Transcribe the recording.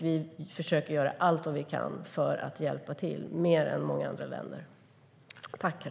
Vi försöker göra allt vi kan för att hjälpa till, mer än många andra länder gör.